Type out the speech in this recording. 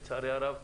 לצערי הרב,